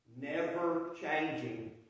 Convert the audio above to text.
never-changing